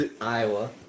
Iowa